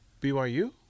BYU